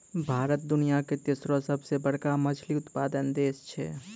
भारत दुनिया के तेसरो सभ से बड़का मछली उत्पादक देश छै